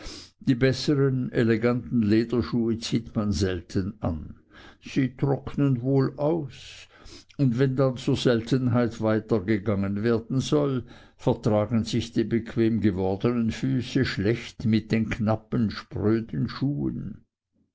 die bessern eleganten lederschuhe zieht man selten an sie trocknen wohl aus und wenn dann zur seltenheit weiter gegangen werden soll vertragen sich die bequem gewordenen füße schlecht mit den knappen spröden schuhen